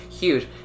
huge